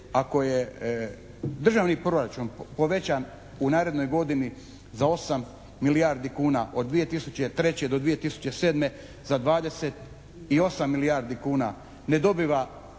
ako je državni proračun povećan u narednoj godini za 8 milijardi kuna od 2003. do 2007. za 28 milijardi kuna ne dobiva